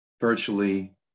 virtually